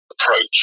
approach